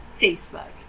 Facebook